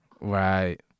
Right